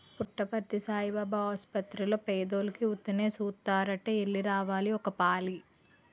పుట్టపర్తి సాయిబాబు ఆసపత్తిర్లో పేదోలికి ఉత్తినే సూస్తారట ఎల్లి రావాలి ఒకపాలి